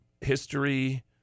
history